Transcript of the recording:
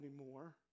anymore